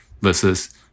versus